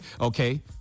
okay